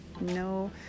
no